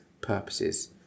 purposes